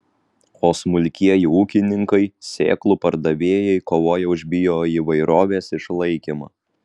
o smulkieji ūkininkai sėklų pardavėjai kovoja už bioįvairovės išlaikymą